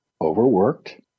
overworked